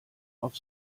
auf